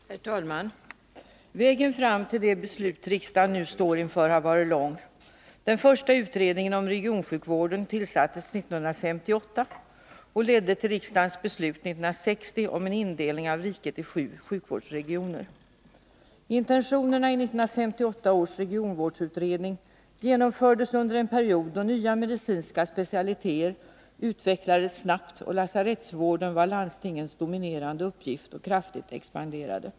Herr talman! Vägen fram till det beslut riksdagen nu står inför har varit lång. Intentionerna i 1958 års regionvårdsutredning genomfördes under en period då nya medicinska specialiteter utvecklades snabbt och lasarettsvården var landstingens dominerande uppgift och kraftigt expanderade.